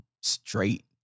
straight